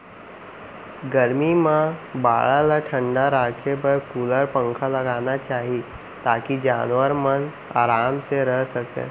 गरमी म बाड़ा ल ठंडा राखे बर कूलर, पंखा लगाना चाही ताकि जानवर मन आराम से रह सकें